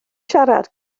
siarad